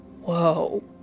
whoa